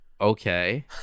Okay